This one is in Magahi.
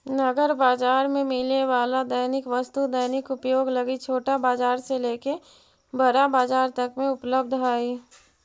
नगर बाजार में मिले वाला दैनिक वस्तु दैनिक उपयोग लगी छोटा बाजार से लेके बड़ा बाजार तक में उपलब्ध हई